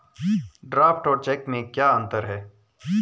Draft और cheque में क्या अंतर है?